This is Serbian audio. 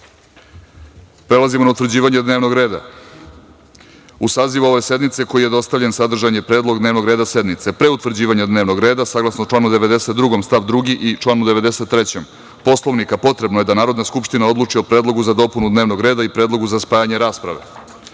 Zapisnik. Prelazimo na utvrđivanje dnevnog reda.U sazivu ove sednice, koji vam je dostavljen, sadržan je predlog dnevnog reda sednice. Pre utvrđivanja dnevnog reda, saglasno članu 92. stav 2. i članu 93. Poslovnika potrebno je da Narodna skupština odluči o predlogu za dopunu dnevnog reda i predlogu za spajanje rasprave. Narodni